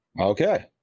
Okay